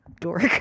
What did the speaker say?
dork